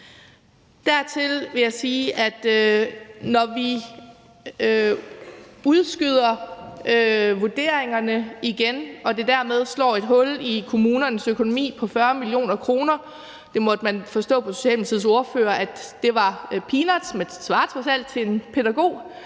Dertil vil jeg sige, at når vi udskyder vurderingerne igen og det dermed slår et hul i kommunernes økonomi på 40 mio. kr. – det måtte man forstå på Socialdemokratiets ordfører var peanuts, men det svarer trods alt til en pædagog